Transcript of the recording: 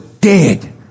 dead